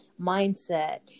Mindset